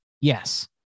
yes